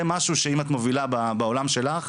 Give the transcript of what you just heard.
זה משהו שאם את מובילה בעולם שלך,